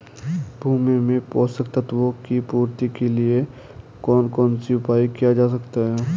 भूमि में पोषक तत्वों की पूर्ति के लिए कौन कौन से उपाय किए जा सकते हैं?